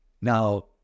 now